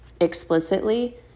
explicitly